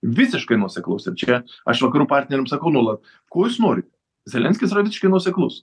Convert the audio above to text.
visiškai nuoseklus ir čia aš vakarų partneriam sakau nuolat ko jūs nori zelenskis yra visiškai nuoseklus